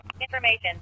Information